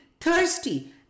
thirsty